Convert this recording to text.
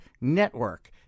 Network